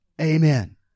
Amen